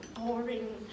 boring